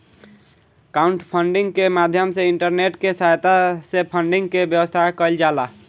crowdfunding के माध्यम से इंटरनेट के सहायता से फंडिंग के व्यवस्था कईल जाला